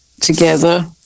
together